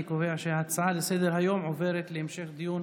אני קובע שההצעה לסדר-היום עוברת להמשך דיון